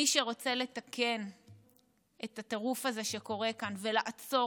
מי שרוצה לתקן את הטירוף הזה שקורה כאן ולעצור